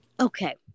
Okay